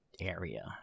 area